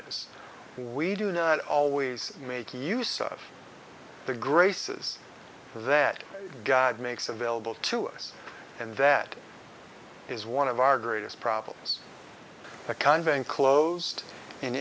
is we do not always make use of the graces that god makes available to us and that is one of our greatest problems a convent closed in